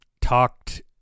talked